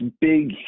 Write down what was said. big